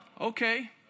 Okay